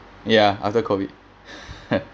ya after COVID